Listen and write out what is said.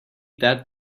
that